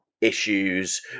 issues